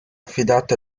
affidato